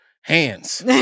Hands